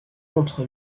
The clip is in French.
contre